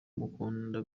mukunda